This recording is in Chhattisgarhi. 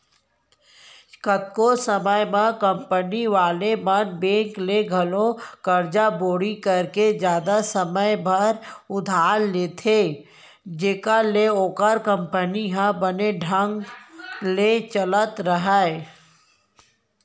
कतको समे म कंपनी वाले मन बेंक ले घलौ करजा बोड़ी करके जादा समे बर उधार ले लेथें जेखर ले ओखर कंपनी ह बने ढंग ले चलत राहय